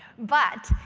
but